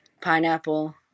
pineapple